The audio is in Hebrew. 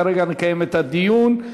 כרגע נקיים את הדיון.